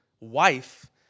wife